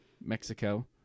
Mexico